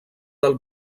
del